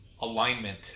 alignment